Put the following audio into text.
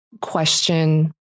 question